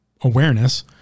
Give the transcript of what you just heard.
awareness